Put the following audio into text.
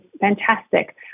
fantastic